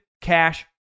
Cash